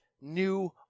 new